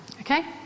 Okay